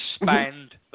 expand